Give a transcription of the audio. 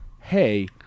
hey